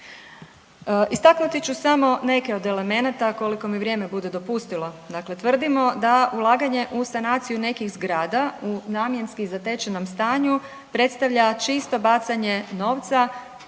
Istaknuti ću samo neke od elemenata koliko mi vrijeme bude dopustilo. Dakle, tvrdimo da ulaganje u sanaciju nekih zgrada u namjenski zatečenom stanju predstavlja čisto bacanje novca